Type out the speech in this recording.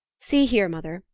see here, mother,